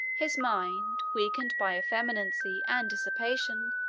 his mind, weakened by effeminacy and dissipation,